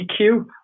EQ